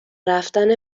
رفتن